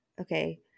Okay